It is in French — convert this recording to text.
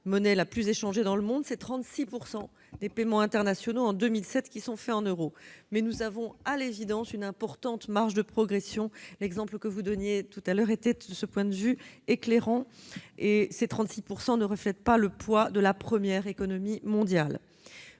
monnaie la plus échangée dans le monde. Ainsi, 36 % des paiements internationaux étaient réalisés en euros en 2017, mais nous avons à l'évidence une importante marge de progression. L'exemple que vous donniez tout à l'heure était, de ce point de vue, éclairant, et ces 36 % ne reflètent pas le poids de la première économie mondiale.